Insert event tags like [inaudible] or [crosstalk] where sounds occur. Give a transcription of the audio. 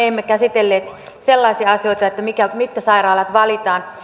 [unintelligible] emme käsitelleet sellaisia asioita että mitkä sairaalat valitaan